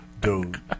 Dude